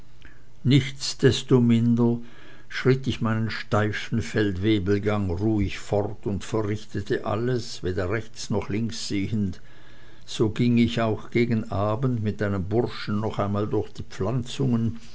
nichtsdestominder schritt ich meinen steifen feldwebelsgang ruhig fort und verrichtete alles weder rechts noch links sehend so ging ich auch gegen abend mit einem burschen noch einmal durch die pflanzungen